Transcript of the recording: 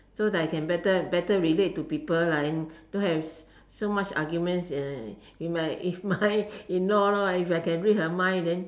so that I can better better relate to people lah and don't have so much arguments uh with my with my in law lor if I can read her mind then